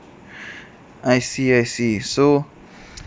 I see I see so